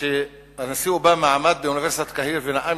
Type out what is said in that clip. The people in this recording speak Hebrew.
כשהנשיא אובמה עמד באוניברסיטת קהיר ונאם